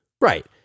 Right